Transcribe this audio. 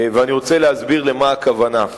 ואני רוצה להסביר למה הכוונה.